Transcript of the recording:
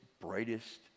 brightest